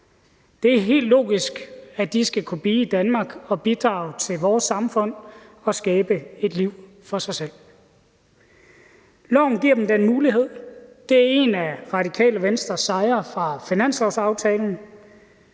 Det er helt logisk, at de skal kunne blive i Danmark og bidrage til vores samfund og skabe et liv for sig selv. Lovforslaget giver dem den mulighed. Det er en af Radikale Venstres sejre fra finanslovsaftalen.